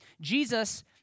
Jesus